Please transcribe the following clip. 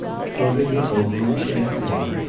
floating her over in champagne?